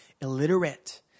illiterate